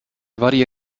varie